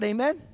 AMEN